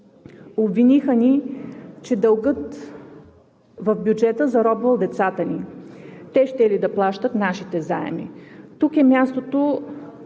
Обвиниха ни, че дългът в бюджета заробвал децата ни. Те щели да плащат нашите заеми. Тук е мястото